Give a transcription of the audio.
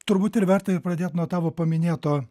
turbūt ir verta pradėt nuo tavo paminėto